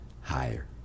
higher